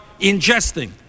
ingesting